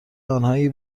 آنهایی